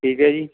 ਠੀਕ ਹੈ ਜੀ